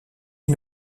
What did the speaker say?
les